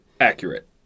Accurate